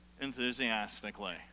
Enthusiastically